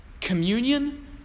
communion